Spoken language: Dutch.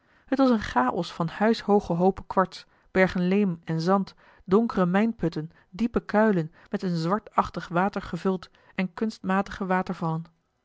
t was een chaos van huishooge hoopen kwarts bergen leem en zand donkere mijnputten diepe kuilen met een zwartachtig water gevuld en kunstmatige